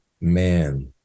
Man